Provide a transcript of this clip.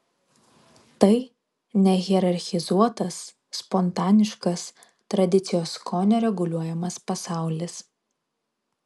tai nehierarchizuotas spontaniškas tradicijos skonio reguliuojamas pasaulis